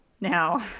Now